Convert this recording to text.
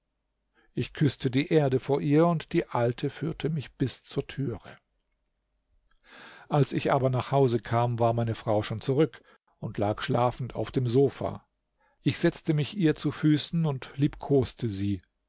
ich küßte die erde vor ihr und die alte führte mich bis zur türe als ich aber nach hause kam war meine frau schon zurück und lag schlafend auf dem sofa ich setzte mich ihr zu füßen und liebkoste sie